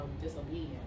disobedience